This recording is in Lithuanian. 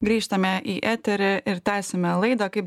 grįžtame į eterį ir tęsiame laidą kaip